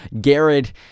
Garrett